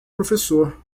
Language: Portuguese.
professor